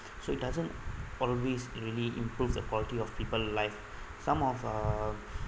so it doesn't always really improve the quality of people live some of uh